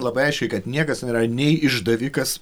labai aiškiai kad niekas nėra nei išdavikas